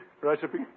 recipe